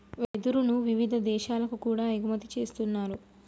వెదురును వివిధ దేశాలకు కూడా ఎగుమతి చేస్తున్నారు